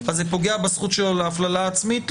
זה פוגע בזכות שלו להפללה עצמית?